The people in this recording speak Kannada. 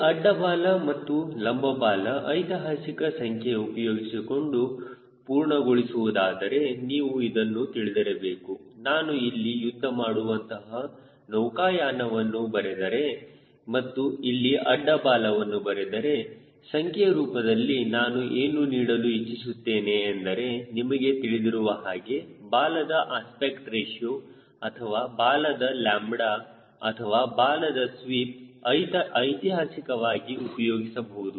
ಈ ಅಡ್ಡ ಬಾಲ ಮತ್ತು ಲಂಬ ಬಾಲ ಐತಿಹಾಸಿಕ ಸಂಖ್ಯೆ ಉಪಯೋಗಿಸಿಕೊಂಡು ಪೂರ್ಣಗೊಳಿಸುವುದಾದರೆ ನೀವು ಇದನ್ನು ತಿಳಿದಿರಬೇಕು ನಾನು ಇಲ್ಲಿ ಯುದ್ಧ ಮಾಡುವಂತಹ ನೌಕಾಯಾನವನ್ನು ಬರೆದರೆ ಮತ್ತು ಇಲ್ಲಿ ಅಡ್ಡ ಬಾಲವನ್ನು ಬರೆದರೆ ಸಂಖ್ಯೆ ರೂಪದಲ್ಲಿ ನಾನು ಏನು ನೀಡಲು ಇಚ್ಚಿಸುತ್ತೇನೆ ಎಂದರೆ ನಿಮಗೆ ತಿಳಿದಿರುವ ಹಾಗೆ ಬಾಲದ ಅಸ್ಪೆಕ್ಟ್ ರೇಶಿಯೋ ಅಥವಾ ಬಾಲದ ಲ್ಯಾಂಬಡಾ ಅಥವಾ ಬಾಲದ ಸ್ವೀಪ್ ಐತಿಹಾಸಿಕವಾಗಿ ಉಪಯೋಗಿಸಬಹುದು